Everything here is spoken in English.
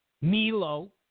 Milo